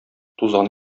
тузан